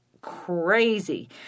crazy